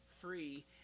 free